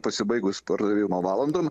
pasibaigus pardavimo valandom